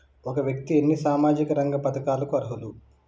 ఒక వ్యక్తి ఎన్ని సామాజిక రంగ పథకాలకు అర్హులు?